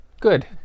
good